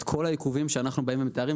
את כל העיכובים שאנחנו מתארים,